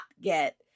get